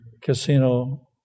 casino